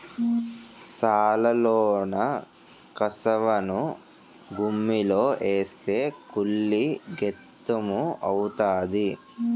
సాలలోన కసవను గుమ్మిలో ఏస్తే కుళ్ళి గెత్తెము అవుతాది